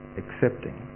accepting